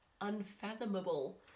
unfathomable